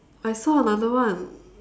I saw another one